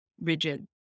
rigid